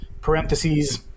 parentheses